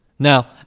Now